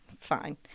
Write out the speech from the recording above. fine